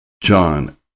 John